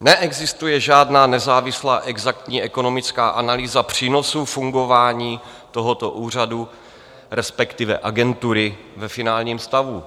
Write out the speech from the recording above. Neexistuje žádná nezávislá exaktní ekonomická analýza přínosu fungování tohoto úřadu, respektive agentury, ve finálním stavu.